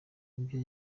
ibyo